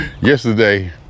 Yesterday